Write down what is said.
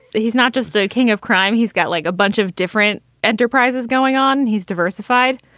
he's not just the king of crime, he's got like a bunch of different enterprises going on. he's diversified.